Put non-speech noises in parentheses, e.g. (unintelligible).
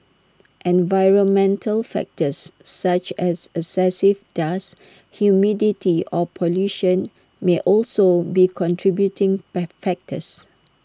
environmental factors such as excessive dust humidity or pollution may also be contributing (unintelligible) factors